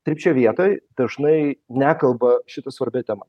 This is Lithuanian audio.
trypčioja vietoj dažnai nekalba šita svarbia tema